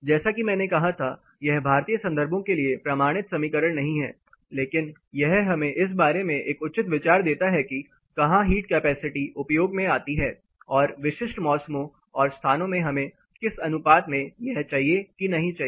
जैसा कि मैंने कहा था यह भारतीय संदर्भों के लिए प्रमाणित समीकरण नहीं है लेकिन यह हमें इस बारे में एक उचित विचार देता है कि कहां हीट कैपेसिटी उपयोग में आती है और विशिष्ट मौसमों और स्थानों में हमें किस अनुपात में यह चाहिए कि नहीं चाहिए